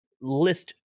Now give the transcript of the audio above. list